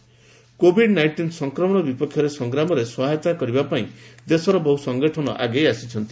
corona ଅମୁଲ Covid nineteen ସଂକ୍ମଣ ବିପକ୍ଷରେ ସଂଗ୍ରାମରେ ସହାୟତା କରିବା ପାଇଁ ଦେଶର ବହୁ ସଂଗଠନ ଆଗେଇ ଆସୁଛନ୍ତି